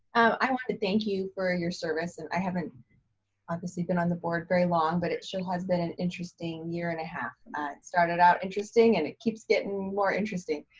i want to thank you for ah your service. and i haven't obviously been on the board very long but it sure has been an interesting year and a half. it started out interesting and it keeps getting more interesting.